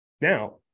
Now